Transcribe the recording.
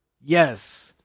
Yes